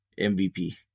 MVP